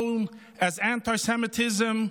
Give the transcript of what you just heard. known as anti-Semitism,